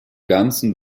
ganzen